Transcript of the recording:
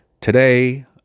Today